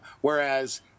Whereas